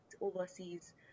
overseas